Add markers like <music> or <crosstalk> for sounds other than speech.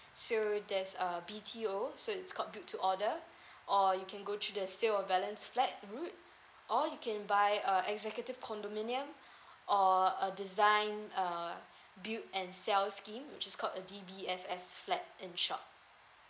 so there's a B_T_O so it's called build to order <breath> or you can go through sale of balance flat route or you can buy a executive condominium <breath> or a design uh build and sell scheme which is called a D_B_S_S flat in short